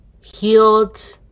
healed